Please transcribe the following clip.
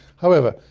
however,